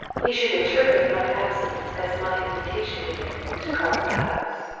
he should interpret my absence as my invitation to him to call at the house.